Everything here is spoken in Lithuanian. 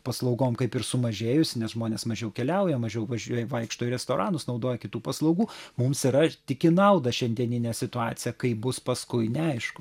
paslaugom kaip ir sumažėjusi nes žmonės mažiau keliauja mažiau važ vaikšto į restoranus naudoja kitų paslaugų mums yra tik į naudą šiandieninė situacija kaip bus paskui neaišku